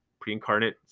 pre-incarnate